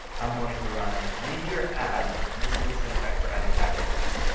i'm going to run meteor add, and this is the syntax for adding packages.